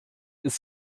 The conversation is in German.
ist